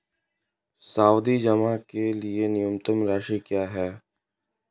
सावधि जमा के लिए न्यूनतम राशि क्या है?